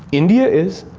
india is.